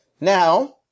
Now